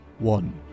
One